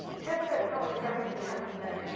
just a public service announcement.